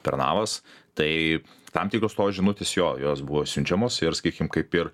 pernavas tai tam tikros tos žinutės jo jos buvo siunčiamos ir sakykim kaip ir